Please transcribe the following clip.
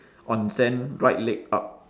on sand right leg up